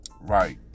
Right